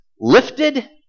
lifted